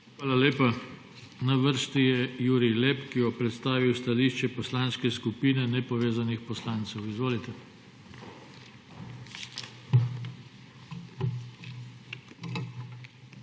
Hvala lepa. Na vrsti je Jurij Lep, ki bo predstavil stališče Poslanske skupine nepovezanih poslancev. Izvolite. JURIJ LEP